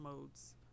modes